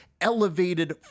elevated